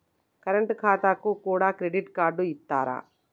Current ఖాతాకు కూడా credit card ఇత్తరా?